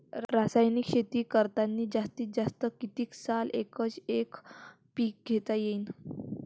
रासायनिक शेती करतांनी जास्तीत जास्त कितीक साल एकच एक पीक घेता येईन?